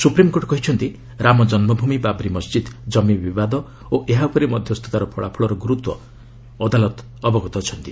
supreme court କହିଛନ୍ତି ରାମ ଜନ୍ମଭୂମି ବାବ୍ରି ମସ୍ଜିଦ୍ ଜମି ବିବାଦ ଓ ଏହା ଉପରେ ମଧ୍ୟସ୍ଥତାର ଫଳାଫଳର ଗୁରୁତ୍ୱ ବିଷୟରେ ଅଦାଲତ ଅବଗତ ଅଛନ୍ତି